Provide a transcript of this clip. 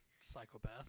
Psychopath